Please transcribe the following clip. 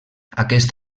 aquest